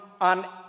on